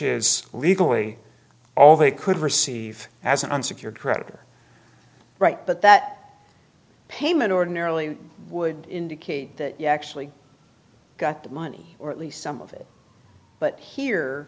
is legally all they could receive as an unsecured creditor right but that payment ordinarily would indicate that you actually got the money or at least some of it but here